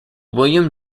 william